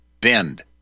Bend